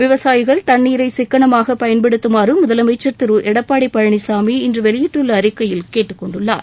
விவசாயிகள் தண்ணீரை சிக்கனமாக பயன்படுத்துமாறு முதலமைச்சர் திரு எடப்பாடி பழனிசாமி இன்று வெளியிட்டுள்ள அறிக்கையில் கேட்டுக் கொண்டுள்ளார்